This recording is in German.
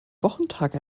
wochentag